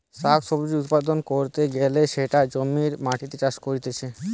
শাক সবজি উৎপাদন ক্যরতে গ্যালে সেটা জমির মাটিতে চাষ করতিছে